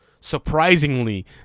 surprisingly